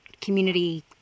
community